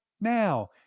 now